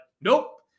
nope